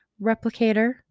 replicator